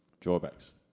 drawbacks